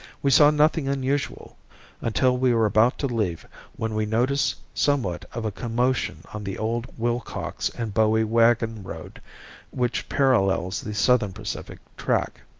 we saw nothing unusual until we were about to leave when we noticed somewhat of a commotion on the old willcox and bowie wagon road which parallels the southern pacific track.